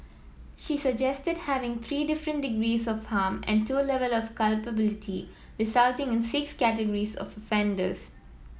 she suggested having three different degrees of harm and two level of culpability resulting in six categories of offenders